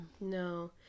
no